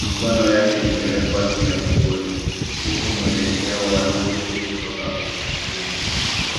Mikono yake imewekwa juu ya kiibodi huku mwelekeo wa nuru ukitoka kwenye skrini.